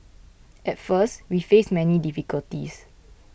at first we faced many difficulties